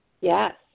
Yes